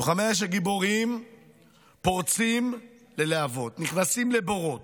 לוחמי האש הגיבורים פורצים ללהבות, נכנסים לבורות,